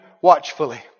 watchfully